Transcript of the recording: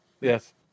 Yes